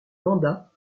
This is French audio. mandats